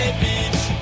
beach